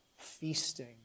feasting